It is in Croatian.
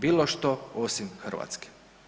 Bilo što osim Hrvatske.